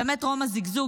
באמת טרום הזיגזוג,